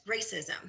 racism